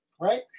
right